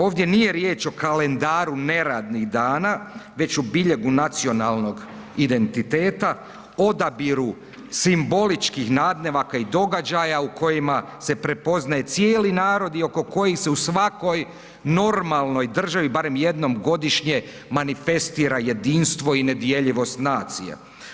Ovdje nije riječ o kalendaru neradnih dana već o biljegu nacionalnog identiteta, odabiru simboličkih nadnevaka i događaja u kojima se prepoznaje cijeli narod i oko kojih se u svakoj normalnoj državi, barem jednom godišnje manifestira jedinstvo i nedjeljivost nacije.